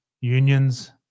unions